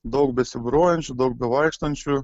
daug besibūriuojančių daug bevaikštančių